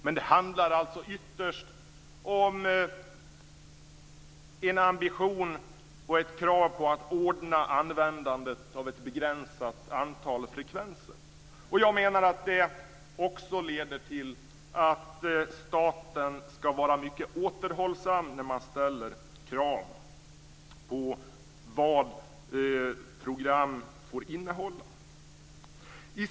Men det handlar alltså ytterst om en ambition och ett krav på att ordna användandet av ett begränsat antal frekvenser. Jag menar att det också leder till att staten skall vara mycket återhållsam när man ställer krav på vad program får innehålla.